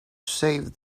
save